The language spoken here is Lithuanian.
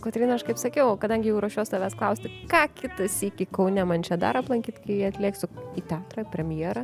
kotryna aš kaip sakiau kadangi jau ruošiuos tavęs klausti ką kitą sykį kaune man čia dar aplankyti kai atlėksiu į teatrą premjera